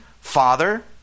father